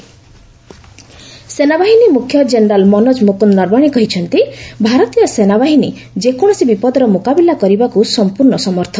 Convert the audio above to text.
Naravane army day ସେନାବାହିନୀ ମୁଖ୍ୟ general Manoj Mukund Naravane କହିଛନ୍ତି ଭାରତୀୟ ସେନାବାହିନୀ ଯେକୌଣସି ବିପଦର ମୁକାବିଲା କରିବାକୁ ସମ୍ପର୍ଣ୍ଣ ସମର୍ଥ